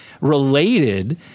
related